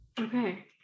Okay